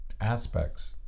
aspects